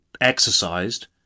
exercised